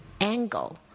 angle